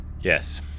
Yes